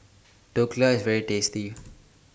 Dhokla IS very tasty